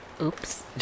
oops